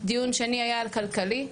דיון שני היה על כלכלי,